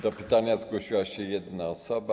Do pytania zgłosiła się jedna osoba.